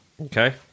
okay